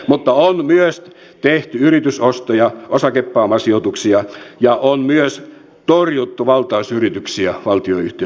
mutta on myös tehty yritysostoja osakepääomasijoituksia ja on myös torjuttu valtausyrityksiä valtionyhtiöitten osalta